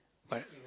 what